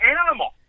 animal